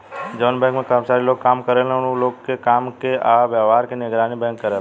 जवन बैंक में कर्मचारी लोग काम करेलन उ लोग के काम के आ व्यवहार के निगरानी बैंक करेला